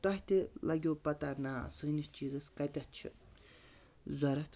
تۄہہِ تہِ لَگیو پَتہ نا سٲنِس چیٖزَس کَتٮ۪تھ چھِ ضروٗرت